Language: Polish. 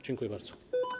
Dziękuję bardzo.